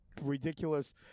ridiculous